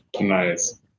Nice